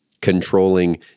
controlling